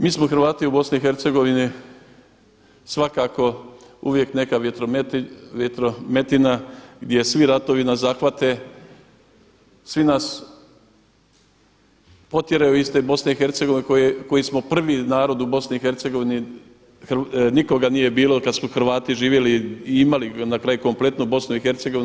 Mi smo Hrvati u BiH svakako uvijek neka vjetrometina gdje svi ratovi nas zahvate, svi nas potjeraju iz te BiH koji smo prvi narod u BiH, nikoga nije bilo kada su Hrvati živjeli i imali na kraju kompletnu BiH.